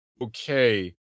okay